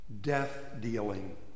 death-dealing